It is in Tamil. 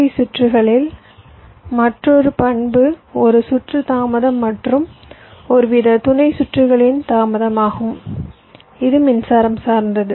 ஐ சுற்றுகளில் மற்றொரு பண்பு ஒரு சுற்று தாமதம் மற்றும் ஒருவித துணை சுற்றுகளின் தாமதம் ஆகும் இது மின்சாரம் சார்ந்தது